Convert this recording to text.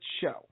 show